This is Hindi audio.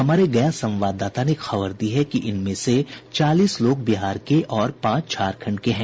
हमारे गया संवाददाता ने खबर दी है कि इनमें से चालीस लोग बिहार के और पांच झारखंड के हैं